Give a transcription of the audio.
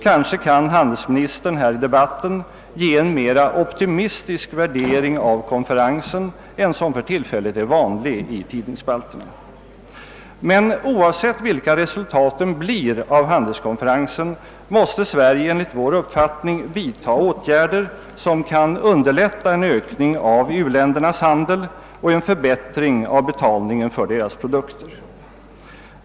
Kanske kan handelsministern här i debatten ge en mera optimistisk värdering av konferensen än den som just nu är vanlig i tidningsspalterna. Oavsett vilka resultaten av handelskonferensen blir, måste Sverige enligt vår uppfattning vidta åtgärder som kan underlätta en ökning av u-ländernas handel och en förbättring av: betalningen för deras produkter.